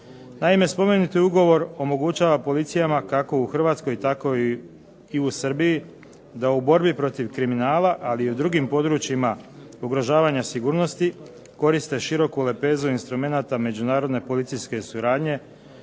Naime, spomenuti Ugovor omogućava policiji kako u Hrvatskoj tako i u Srbiji da u borbi protiv kriminala ali i drugim područjima ugrožavanja sigurnosti koriste široku lepezu instrumenata međunarodno policijske suradnje,